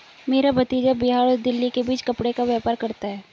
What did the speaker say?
मेरा भतीजा बिहार और दिल्ली के बीच कपड़े का व्यापार करता है